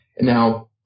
Now